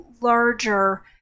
larger